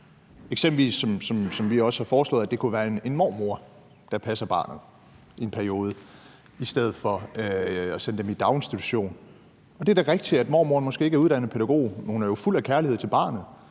sådan som vi også har foreslået, der passer barnet i en periode, i stedet for at sende det i daginstitution. Og det er da rigtigt, at mormoren måske ikke er uddannet pædagog, men hun er jo fuld af kærlighed til barnet.